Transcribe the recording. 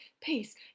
Peace